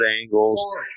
angles